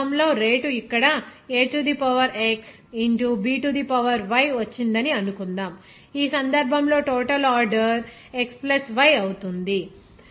ఈ సందర్భంలో రేటు ఇక్కడ A to the power x into B to the power y వచ్చిందని అనుకుందాం ఈ సందర్భంలో టోటల్ ఆర్డర్ x y అవుతుంది